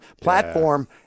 platform